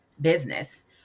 business